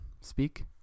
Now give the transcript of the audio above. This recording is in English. speak